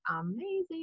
amazing